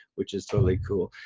which is totally cool.